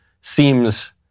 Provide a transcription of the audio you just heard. seems